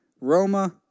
Roma